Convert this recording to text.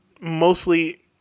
mostly